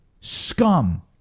scum